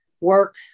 work